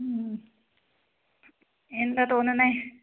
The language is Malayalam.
എന്താ തോന്നുന്നത്